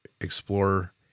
Explorer